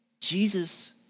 Jesus